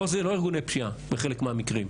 לא, זה לא ארגוני פשיעה בחלק מהמקרים,